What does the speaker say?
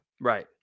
Right